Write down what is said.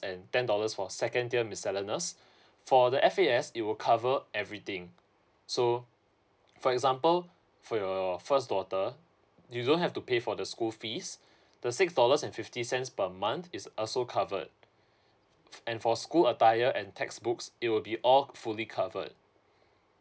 and ten dollars for second tier miscellaneous for the F_A_S it will cover everything so for example for your first daughter you don't have to pay for the school fees the six dollars and fifty cents per month is also covered and for school attire and textbooks it will be all fully covered